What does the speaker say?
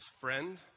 friend